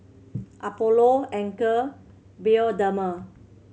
Apollo Anchor Bioderma